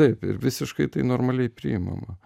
taip ir visiškai tai normaliai priimama